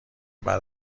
بعد